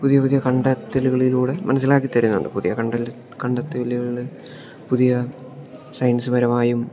പുതിയ പുതിയ കണ്ടെത്തലുകളിലൂടെ മനസ്സിലാക്കിത്തരുകയാണ് പുതിയ കണ്ടല് കണ്ടെത്തലുകൾ പുതിയ സയൻസ് പരമായും